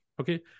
okay